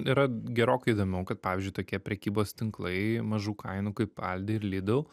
yra gerokai įdomiau kad pavyzdžiui tokie prekybos tinklai mažų kainų kaip alde ir lidl